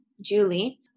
julie